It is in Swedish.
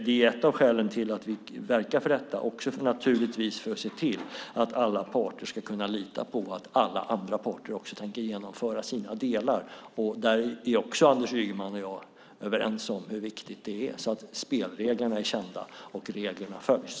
Det är ett av skälen till att vi verkar för detta, och även naturligtvis för att se till att alla parter ska kunna lita på att alla andra parter också tänker genomföra sina delar. Där är också Anders Ygeman och jag överens om hur viktigt det är. Spelreglerna är kända, och reglerna följs.